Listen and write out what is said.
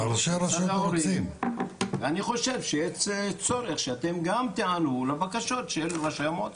אני חושב שיש צורך שאתם גם תיענו לבקשות של ראשי המועצות.